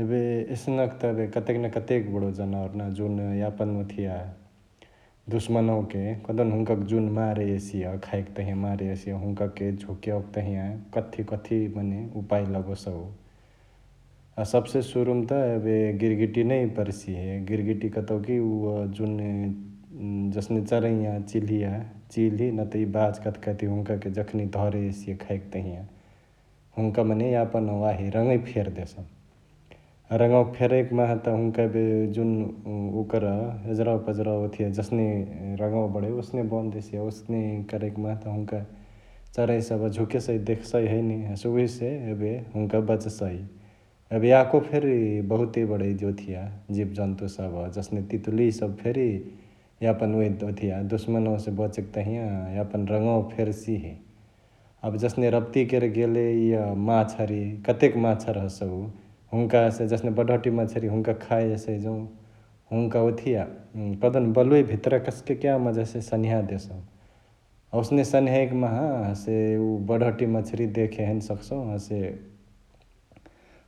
एबे एसनक त एबे कतेक न कतेक बडउ जनावर ना जुन यापन ओथिया दुश्मनवाके कहदेउ न हुन्का जुन मारे एसिअ, खाएके तहिया मारे एसिअ हुन्का के झुक्याओके तंहिया कथी कथी मने उपाय लगोसउ । सबसे सुरुमा त एबे गिर्गिटिया नै पर्सिहे गिर्गिटिया कतउ कि उअ जुने जसने चरैया, चिल्हिया(चिल्हि),नत इ कथी कथी हुनकाके जखनी धरे यसिअ खाइके तहिआ हुनका मने यापन वाही रङ्वई फेर देसउ । रङ्वा फेरैक माहा त हुन्का एबे ओकर एजरावापजरावा ओथिया जसने रङ्वा बडै ओसने बनदेसिअ । ओसने करैक माहा त हुन्का चराइ सभ झुकेसई देखसई हैने हसे उहेसे एबे हुन्क बचसई । एबे यको फेरी बहुते बडै ओथिया जिबजन्तु सभ जसने तितुलिया सभ फेरी यपन दुश्मनवा बचेके तहिया, एपन रङ्वा फेर्सिहे । एबे जसने रपतिया करे गेले यिअ माछारी कतेक माछारी हसउ हुन्का हसे जसने बडहटी माछारी हुन्काके खाय एसई जौ हुन्का ओथिआ कहदेउ न बलुवा भितरा कसके क्या माजासे सन्ह्याई देसउ । ओसने सन्ह्याई माहा हसे उअ बडहटी मछरिया देखे हैने सकसउ हसे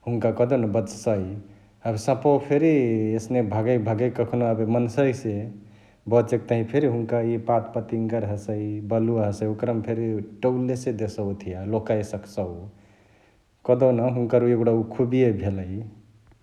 हुन्का कहदेउ न बचसई । एबे सपवा फेरी एसने भागई भागईकी कखनो एबे मन्सावासे बचेके तहिया फेरी हुन्का ई पातपतिंगर हसई, बलुवा हसै ओकरा मा फेरी डौले से देसउ ओथिया लोकाए सकसउ कहदेउ न हुन्कर उ एबे खुबिए भेलाई ।